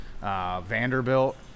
Vanderbilt